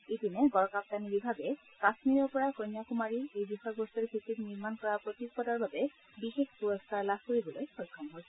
ইপিনে গড়কাপ্তানী বিভাগে কাশ্মীৰৰ পৰা কন্যাকুমাৰী এই বিষয়বস্তুৰ ভিত্তিত নিৰ্মাণ কৰা প্ৰতীকপটৰ বাবে বিশেষ পুৰস্কাৰ লাভ কৰিবলৈ সক্ষম হৈছে